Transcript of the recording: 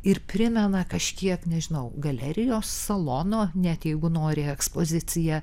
ir primena kažkiek nežinau galerijos salono net jeigu nori ekspoziciją